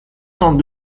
cent